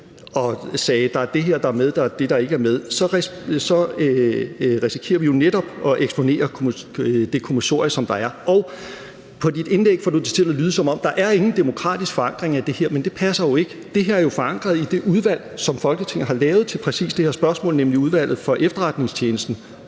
og sagde, at der er det her, der er med, og det her, der ikke er med, så risikerer vi jo netop at eksponere det kommissorie, som der er. Og: På dit indlæg får du det til at lyde, som om der ikke er nogen demokratisk forankring i det her, men det passer jo ikke. Det her er jo forankret i det udvalg, som Folketinget har lavet til præcis det her spørgsmål, nemlig Udvalget vedrørende Efterretningstjenesterne,